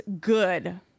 good